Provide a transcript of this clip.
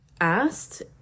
asked